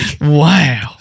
wow